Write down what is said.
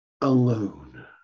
alone